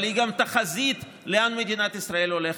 אלא היא גם תחזית לאן מדינת ישראל הולכת.